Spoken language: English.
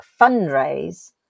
fundraise